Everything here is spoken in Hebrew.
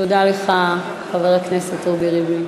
תודה לך, חבר הכנסת רובי ריבלין.